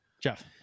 Jeff